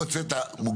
אני רוצה להבין.